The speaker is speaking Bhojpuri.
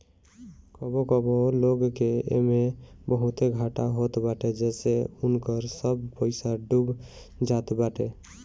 कबो कबो लोग के एमे बहुते घाटा होत बाटे जेसे उनकर सब पईसा डूब जात बाटे